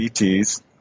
ETs